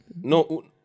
No